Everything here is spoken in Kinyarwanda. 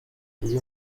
iyo